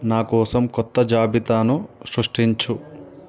నా కోసం కొత్త జాబితాను సృష్టించు